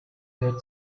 good